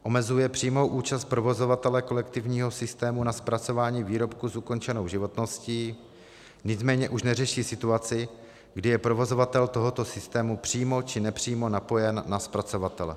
Omezuje přímou účast provozovatele kolektivního systému na zpracování výrobků s ukončenou životností, nicméně už neřeší situaci, kdy je provozovatel tohoto systému přímo či nepřímo napojen na zpracovatele.